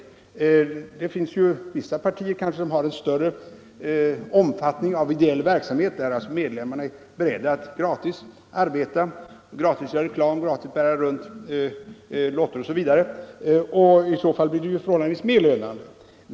Men det finns kanske vissa partier som har möjlighet att bedriva ideell verksamhet i större omfattning. Deras medlemmar är kanske beredda att arbeta gratis, t.ex. göra reklam, distribuera lotter osv. I så fall blir det ju förhållandevis mer lönande.